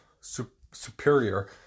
superior